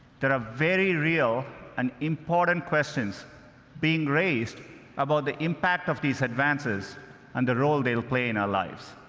there are very real and important questions being raised about the impact of these advances and the role they'll play in our lives.